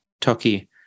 Turkey